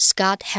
Scott